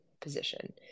position